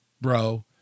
bro